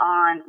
on